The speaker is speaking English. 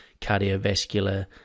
cardiovascular